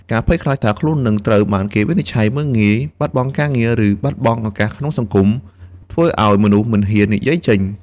ការភ័យខ្លាចថាខ្លួននឹងត្រូវបានគេវិនិច្ឆ័យ មើលងាយ បាត់បង់ការងារ ឬបាត់បង់ឱកាសក្នុងសង្គម ធ្វើឱ្យមនុស្សមិនហ៊ាននិយាយចេញ។